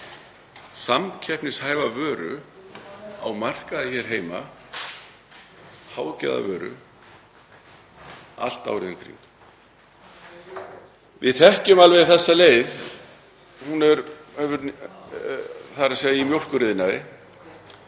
samkeppnishæfa vöru á markaði hér heima, hágæðavöru allt árið um kring. Við þekkjum alveg þessa leið, þ.e. í mjólkuriðnaði.